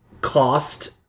cost